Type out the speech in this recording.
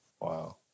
Wow